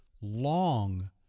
long